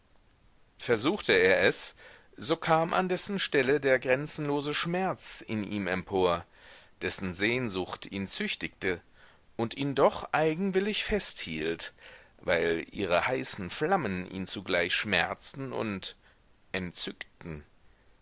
versuchte er es so kam an dessen stelle der grenzenlose schmerz in ihm empor dessen sehnsucht ihn züchtigte und ihn doch eigenwillig festhielt weil ihre heißen flammen ihn zugleich schmerzten und entzückten